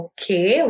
Okay